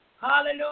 hallelujah